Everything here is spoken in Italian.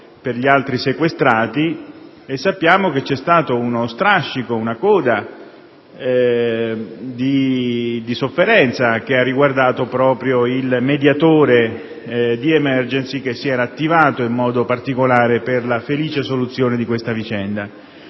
per gli altri sequestrati e sappiamo anche che c'è stato uno strascico, una coda di sofferenza che ha riguardato proprio il mediatore di Emergency che si era attivato in modo particolare per la felice soluzione di questa vicenda.